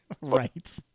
Right